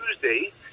Tuesday